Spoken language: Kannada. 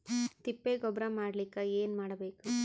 ತಿಪ್ಪೆ ಗೊಬ್ಬರ ಮಾಡಲಿಕ ಏನ್ ಮಾಡಬೇಕು?